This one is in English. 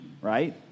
right